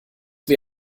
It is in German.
wie